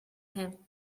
him